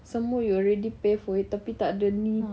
some more you already pay for it tapi tak ada ni